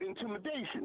intimidation